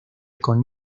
con